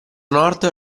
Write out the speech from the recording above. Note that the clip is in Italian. nord